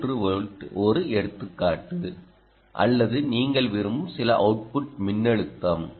3 volt ஒரு எடுத்துக்காட்டு அல்லது நீங்கள் விரும்பும் சில அவுட்புட் மின்னழுத்தம்